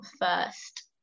first